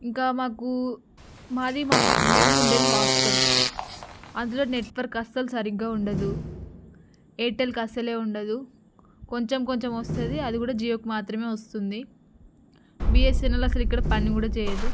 ఇంకా మాకు మాది మాా మేము ఉండేది హాస్టల్ అందులో నెట్వర్క్ అస్సలు సరిగ్గా ఉండదు ఎయిర్టెల్కి అస్సలే ఉండదు కొంచెం కొంచెం వస్తుంది అది కూడా జియోకి మాత్రమే వస్తుంది బిఎస్ఎన్ఎలు అసలు ఇక్కడ పని కూడా చెయ్యదు